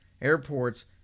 airports